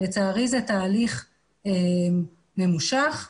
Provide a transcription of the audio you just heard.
לצערי זה תהליך ממושך ותובעני.